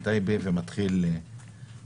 שמישהו נכנס לחתונה בטייבה ומתחיל לירות,